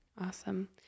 Awesome